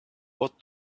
what